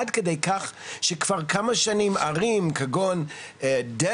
עד כדי כך שכבר כמה שנים ערים כגון דנוור,